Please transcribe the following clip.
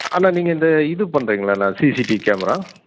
அண்ணா நீங்கள் இந்த இது பண்ணுறிங்களாண்ணா சிசிடிவி கேமரா